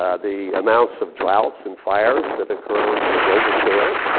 um the amounts of droughts and fires that occur on a global scale.